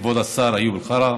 כבוד השר איוב קרא,